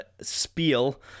spiel